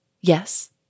Yes